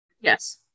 Yes